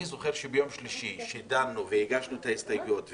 אני זוכר שביום שלישי כשדנו והגשנו את ההסתייגויות,